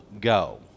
go